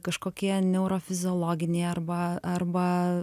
kažkokie neurofiziologiniai arba arba